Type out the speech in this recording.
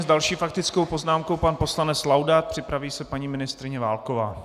S další faktickou poznámkou pan poslanec Laudát, připraví se paní ministryně Válková.